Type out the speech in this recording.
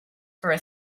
for